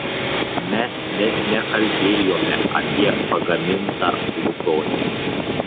mes net nekalbėjome apie pagamintą plutonį